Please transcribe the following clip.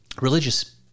religious